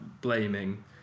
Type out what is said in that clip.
blaming